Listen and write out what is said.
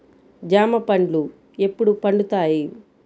జామ పండ్లు ఎప్పుడు పండుతాయి?